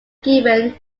given